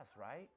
right